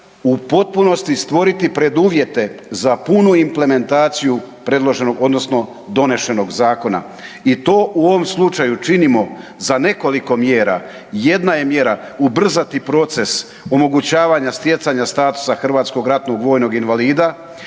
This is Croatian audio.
u potpunosti stvoriti preduvjete za punu implementaciju predloženog odnosno donesenog zakona i to u ovom slučaju činimo za nekoliko mjera. Jedna je mjera ubrzati proces omogućavanja stjecanja statusa hrvatskog ratnog vojnog invalida